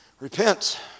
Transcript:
repent